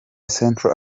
central